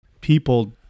people